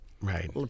right